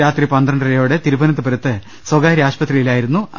രാത്രി പന്ത്രണ്ടരയോടെ തിരുവനന്തപുരത്ത് സ്ഥകാര്യ ആശുപത്രിയിലായിരുന്നു അന്ത്യം